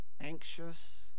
anxious